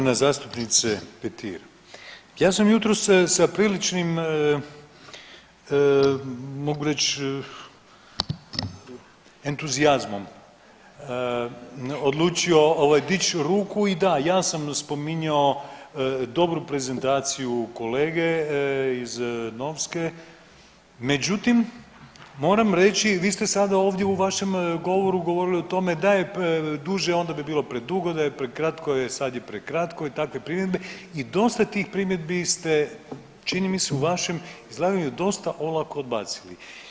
Uvažena zastupnice Petir, ja sam jutros se sa priličnim mogu reć entuzijazmom odlučio ovaj dići ruku i da ja sam spominjao dobru prezentaciju kolege iz Novske, međutim moram reći vi ste sada ovdje u vašem govoru govorili o tome da je duže onda bi bilo predugo, da je prekratko je sad je prekratko i takve primjedbe i dosta takvih primjedbi ste čini mi se u vašem izlaganju dosta olako odbacili.